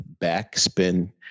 Backspin